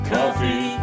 Coffee